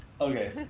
okay